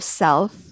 self